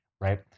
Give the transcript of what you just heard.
right